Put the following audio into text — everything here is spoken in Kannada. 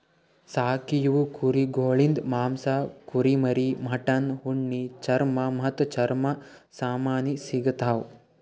ಸಾಕೀವು ಕುರಿಗೊಳಿಂದ್ ಮಾಂಸ, ಕುರಿಮರಿ, ಮಟನ್, ಉಣ್ಣಿ, ಚರ್ಮ ಮತ್ತ್ ಚರ್ಮ ಸಾಮಾನಿ ಸಿಗತಾವ್